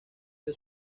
que